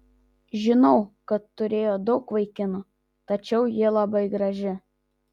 žinau kad turėjo daug vaikinų tačiau ji labai graži